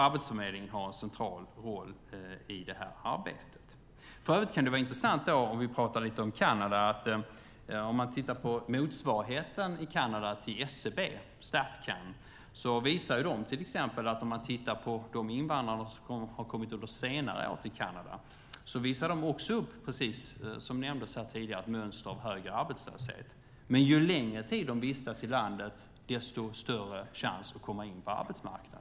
Arbetsförmedlingen har en central roll i det arbetet. Om vi talar lite om Kanada kan det för övrigt vara intressant om man tittar lite på motsvarigheten i Kanada till SCB, Statcan. Om man tittar på de invandrare som har kommit till Kanada under senare år visar också de upp det mönster av högre arbetslöshet som nämndes här tidigare. Men ju längre tid de vistas i landet, desto större chans har de att komma in på arbetsmarknaden.